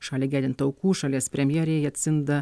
šaliai gedint aukų šalies premjerė jacinta